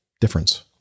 difference